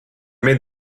made